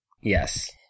Yes